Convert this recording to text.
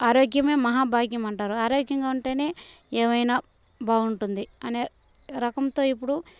ఆరోగ్యమే మహాభాగ్యమంటారు ఆరోగ్యంగా ఉంటేనే ఏమైనా బాగుంటుంది అనే రకంతో ఇప్పుడు